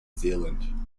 zealand